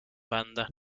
bandas